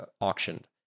auctioned